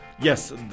Yes